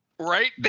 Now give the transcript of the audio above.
right